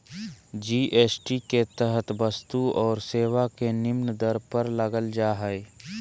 GST के तहत वस्तु और सेवा के निम्न दर पर लगल जा हइ